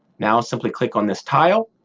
now, simply click on this tile,